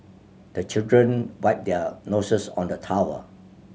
the children wipe their noses on the towel